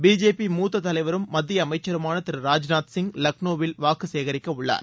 BJP மூத்த தலைவரும் மத்திய அமைச்சருமான திரு ராஜ்நூத் சிங் லக்னோவில் வாக்கு சேகரிக்கவுள்ளார்